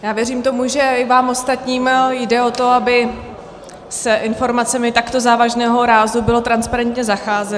Já věřím tomu, že i vám ostatním jde o to, aby s informacemi takto závažného rázu bylo transparentně zacházeno.